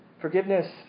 Forgiveness